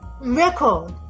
Record